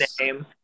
name